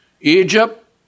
Egypt